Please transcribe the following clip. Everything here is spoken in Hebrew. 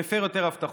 מפר יותר הבטחות,